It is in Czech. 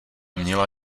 měla